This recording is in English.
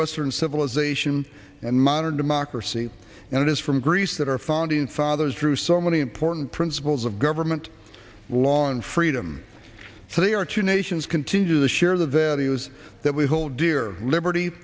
western civilization and modern democracy and it is from greece that our founding fathers drew so many important principles of government lawn freedom today our two nations continue to share the values that we hold dear liberty